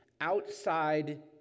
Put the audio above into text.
outside